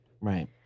Right